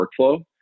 workflow